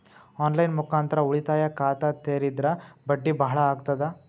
On line ಮುಖಾಂತರ ಉಳಿತಾಯ ಖಾತ ತೇರಿದ್ರ ಬಡ್ಡಿ ಬಹಳ ಅಗತದ?